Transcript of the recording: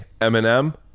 Eminem